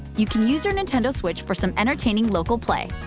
you can use your nintendo switch for some entertaining local play!